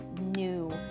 new